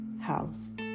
house